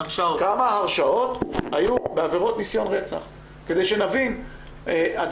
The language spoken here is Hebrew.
כמה הרשעות היו בעבירות ניסיון רצח כדי שנבין עד